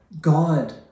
God